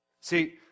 See